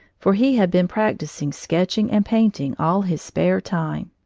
for he had been practising sketching and painting all his spare time.